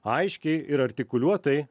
aiškiai ir artikuliuotai